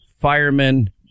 firemen